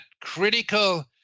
critical